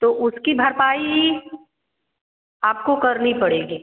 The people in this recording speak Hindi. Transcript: तो उसकी भरपाई आपको करनी पड़ेगी